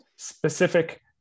specific